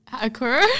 occur